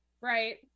Right